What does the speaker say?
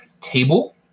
table